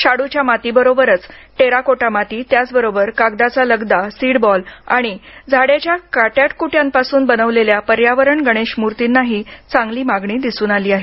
शाडूच्या मातीबरोबरच टेराकोटा माती त्याचबरोबर कागदाचा लगदा सीडबॉल आणि झाडाच्या काट्याकुट्यांपासून बनवलेल्या पर्यावरणपूरक गणेश मूर्तीनाही चांगली मागणी दिसून आली आहे